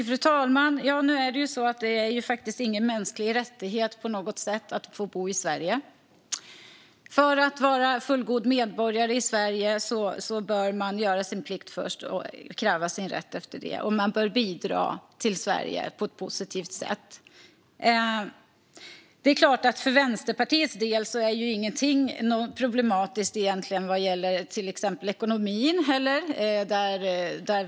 Fru talman! Nu är det ju faktiskt inte på något sätt en mänsklig rättighet att bo i Sverige. För att vara fullgod medborgare i Sverige bör man göra sin plikt först och därefter kräva sin rätt. Man bör bidra till Sverige på ett positivt sätt. För Vänsterpartiets del är ju ingenting problematiskt vad gäller till exempel ekonomin.